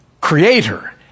creator